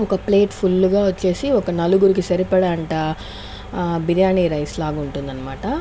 ఒక ప్లేట్ ఫుల్లుగా వచ్చేసి ఒక నలుగురికి సరిపడా అంతా బిర్యానీ రైస్ లాగా ఉంటుంది అనమాట